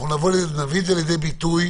לצערנו הרב אנחנו נמצאים במצב טיפה